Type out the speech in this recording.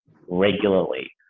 regularly